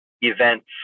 events